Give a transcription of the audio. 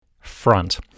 Front